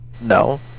No